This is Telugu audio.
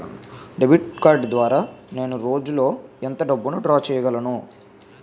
డెబిట్ కార్డ్ ద్వారా నేను రోజు లో ఎంత డబ్బును డ్రా చేయగలను?